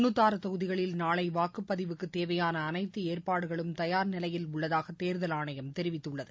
மக்களவைத் தொகுதிகளில் நாளைவாக்குப்பதிவுக்குத் தேவையானஅனைத்துஏற்பாடுகளும் தயார் நிவையில் உள்ளதாகதேர்தல் ஆணையம் தெரிவித்துள்ளது